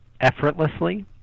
effortlessly